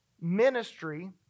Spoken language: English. ministry